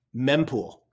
mempool